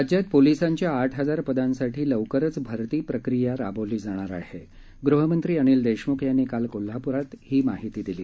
राज्यात पोलिसांच्या आठ हजार पदांसाठी लवकरच भरती प्रक्रिया राबवली जाणार आह गुहमंत्री अनिल दक्षमुख यांनी काल कोल्हापूरमध्याही माहिती दिली